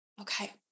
Okay